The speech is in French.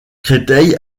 créteil